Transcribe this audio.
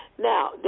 Now